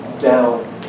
down